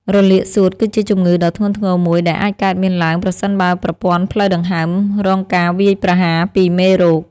រលាកសួតគឺជាជំងឺដ៏ធ្ងន់ធ្ងរមួយដែលអាចកើតមានឡើងប្រសិនបើប្រព័ន្ធផ្លូវដង្ហើមរងការវាយប្រហារពីមេរោគ។